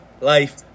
Life